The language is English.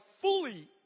fully